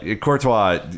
Courtois